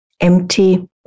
empty